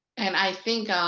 and i think